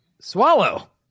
Swallow